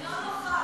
לא נוכח.